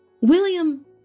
William